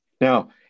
Now